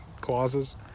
clauses